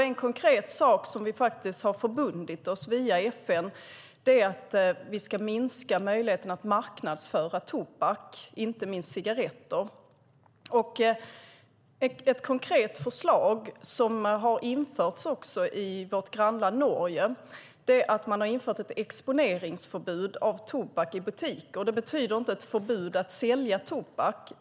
En konkret sak som vi har förbundit oss via FN är att vi ska minska möjligheterna att marknadsföra tobak, inte minst cigaretter. Ett konkret förslag är att införa ett exponeringsförbud för tobak i butiker, och det har införts i vårt grannland Norge. Det betyder inte ett förbud att sälja tobak.